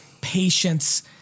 patience